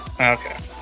Okay